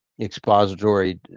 expository